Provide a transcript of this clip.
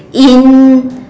in